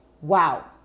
wow